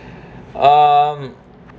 um